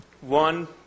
One